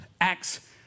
Acts